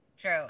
true